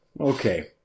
okay